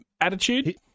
Attitude